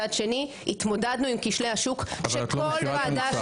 מצד שני התמודדנו עם כשלי השוק שכל ועדה